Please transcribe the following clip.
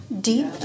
deep